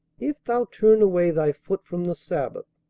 if thou turn away thy foot from the sabbath,